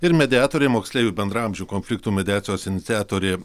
ir mediatorė moksleivių bendraamžių konfliktų mediacijos iniciatorė